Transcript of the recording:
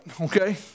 okay